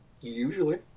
Usually